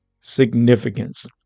significance